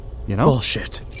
Bullshit